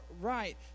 right